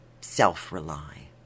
self-rely